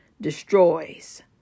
destroys